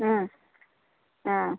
ಹ್ಞೂ ಹ್ಞೂ